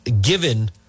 given